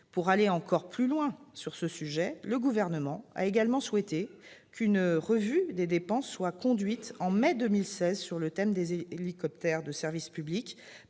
Pour aller encore plus loin sur ce sujet, le Gouvernement a également souhaité qu'une revue des dépenses soit conduite au mois de mai 2016 sur le thème des hélicoptères de service public,